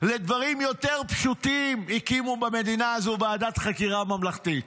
לדברים יותר פשוטים הקימו במדינה הזאת ועדת חקירה ממלכתית,